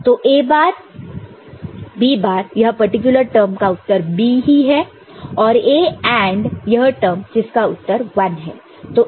तो A बार B यह पार्टिकुलर टर्म का उत्तर B ही है औरA AND यह टर्म जिसका उत्तर 1 है